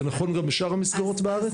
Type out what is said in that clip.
זה נכון גם לשאר המסגרות בארץ?